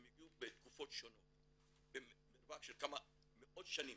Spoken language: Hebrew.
הם הגיעו בתקופות שונות במרווח של כמה מאות שנים